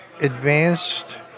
advanced